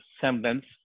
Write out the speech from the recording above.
semblance